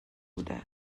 بوده